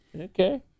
Okay